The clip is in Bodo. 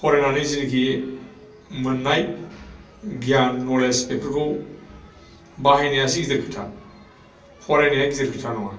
फरायनानै जिनोखि मोननाय गियान नलेज बेफोरखौ बाहायनायासो गिदिर खोथा फरायनाया गिदिर खोथा नङा